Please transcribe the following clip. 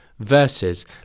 versus